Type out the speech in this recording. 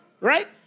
right